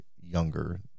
younger